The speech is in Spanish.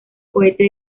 cohete